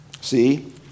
See